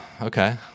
Okay